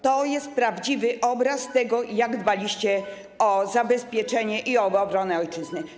To jest prawdziwy obraz tego, jak dbaliście o zabezpieczenie i o obronę ojczyzny.